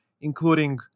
including